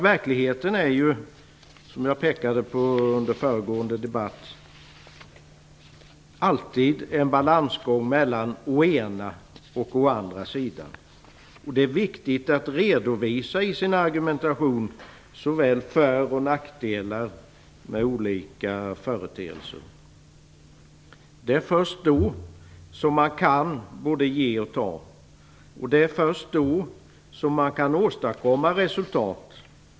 Verkligheten är, som jag pekade på under föregående debatt, alltid en balansgång mellan å ena och å andra sidan. Det är viktigt att i sin argumentation redovisa såväl fördelar som nackdelar med olika företeelser. Det är först då man kan både ge och ta. Det är först då som man kan åstadkomma resultat.